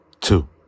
two